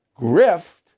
grift